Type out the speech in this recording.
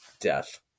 Death